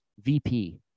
VP